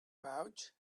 pouch